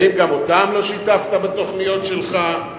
האם גם אותם לא שיתפת בתוכניות שלך?